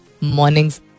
mornings